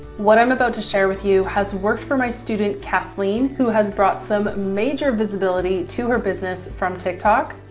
what i'm about to share with you has worked for my student, kathleen, who has brought some major visibility to her business from tiktok.